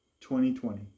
2020